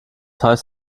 heißt